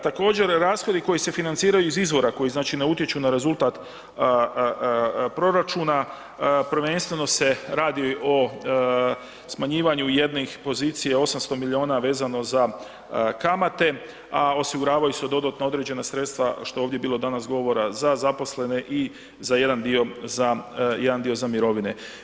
Također, rashodi koji se financiraju iz izvora koji znači ne utječu na rezultat proračuna, prvenstveno se radi o smanjivanju jednih pozicija 800 miliona vezano za kamate, a osiguravaju se dodatno određena sredstva što je ovdje danas bilo govora za zaposlene i za jedan dio za jedan dio za mirovine.